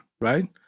right